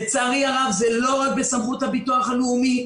לצערי הרב זה לא רק בסמכות הביטוח הלאומי.